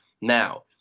Now